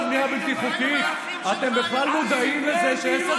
זה אותו